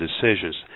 decisions